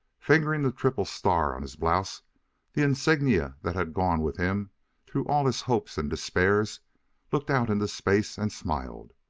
fingering the triple star on his blouse the insignia that had gone with him through all his hopes and despairs looked out into space and smiled.